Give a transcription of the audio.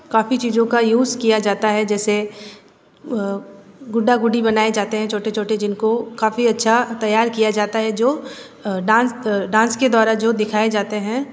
काफ़ी चीज़ों का यूज़ किया जाता है जैसे गुड्डा गुड्डी बनाए जाते हैं छोटे छोटे जिनको काफ़ी अच्छा तैयार किया जाता है जो डांस डांस के द्वारा जो दिखाए जाते हैं